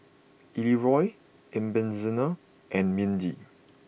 Elroy Ebenezer and Mindi